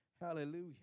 Hallelujah